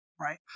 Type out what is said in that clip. right